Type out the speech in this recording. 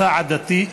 מוצא עדתי,